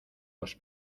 los